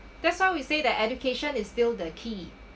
that's why we say that education is still the key